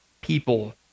people